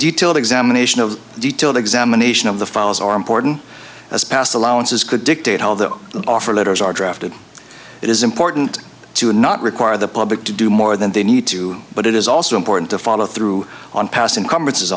detailed examination of the detailed examination of the files are important as past allowances could dictate how the offer letters are drafted it is important to not require the public to do more than they need to but it is also important to follow through on past and conferences